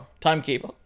Timekeeper